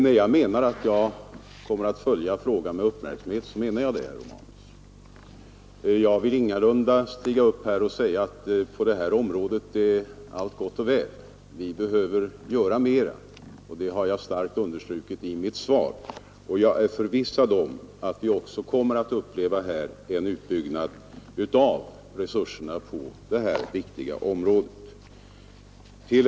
När jag säger att jag kommer att följa frågan med uppmärksamhet menar jag det, herr Romanus. Jag vill ingalunda säga att allt på detta område är gott och väl. Vi behöver göra mera, och det har jag starkt understrukit i mitt svar. Jag är förvissad om att vi kommer att få uppleva en utbyggnad av resurserna på detta viktiga område.